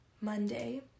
monday